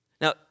Now